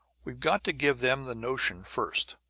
we've got to give them the notion first.